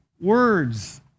words